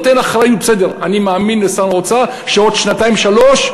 בסדר, אני מאמין לשר האוצר שעוד שנתיים-שלוש,